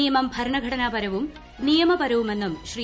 നിയമം ഭരണഘടനാപരവും നിയമപരവുമെന്നും ശ്രീ